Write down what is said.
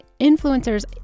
influencers